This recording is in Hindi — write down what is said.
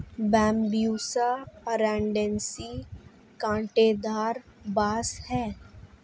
बैम्ब्यूसा अरंडिनेसी काँटेदार बाँस है